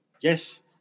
Yes